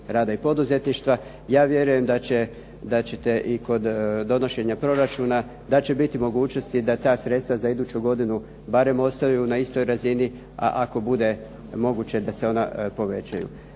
rada i poduzetništva. Ja vjerujem da ćete i kod donošenja proračuna da će biti mogućnosti da ta sredstva za iduću godinu barem ostaju na istoj razini, a ako bude moguće da se ona povećaju.